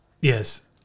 Yes